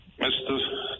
Mr